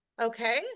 okay